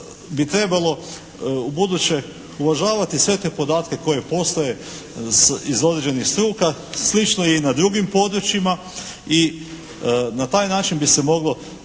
bi trebalo ubuduće uvažavati sve te podatke koje postoje iz određenih struka slično i na drugim područjima i na taj način bi se moglo